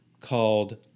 called